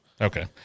Okay